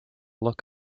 look